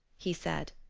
he said,